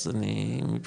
אז אני מבחינתי,